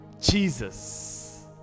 Jesus